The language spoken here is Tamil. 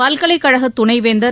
பல்கலைக் கழக துணைவேந்தர்